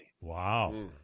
Wow